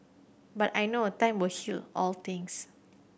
but I know time will heal all things